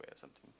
or something